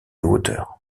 hauteur